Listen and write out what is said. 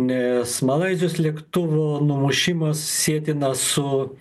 nes malaizijos lėktuvo numušimas sietinas su